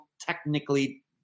technically